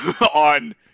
on